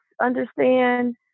Understand